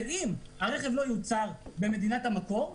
ואם הרכב לא יוצר במדינת המקור,